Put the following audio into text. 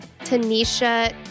Tanisha